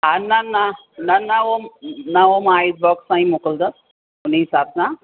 हा न न न न उहो न उहो मां आईस बॉक्स सां ई मोकिलींदस हुन हिसाब सां